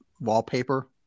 wallpaper